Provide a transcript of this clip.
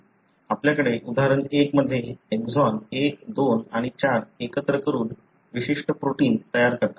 आपल्याकडे उदाहरण 1 मध्ये एक्सॉन 1 2 आणि 4 एकत्र करून विशिष्ट प्रोटिन तयार करतात